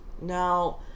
Now